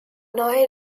neue